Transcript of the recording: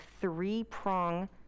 three-prong